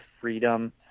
freedom